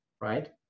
right